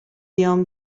بیایم